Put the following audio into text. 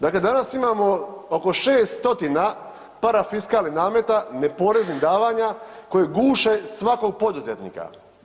Dakle, danas imamo oko 600 parafiskalnih nameta neporeznih davanja koji guše svakog poduzetnika.